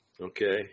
okay